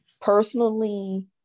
personally